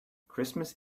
christmas